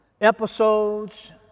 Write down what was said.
episodes